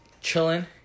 chilling